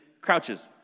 crouches